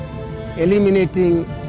eliminating